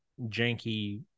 janky